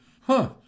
Huh